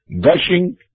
gushing